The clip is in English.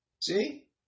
See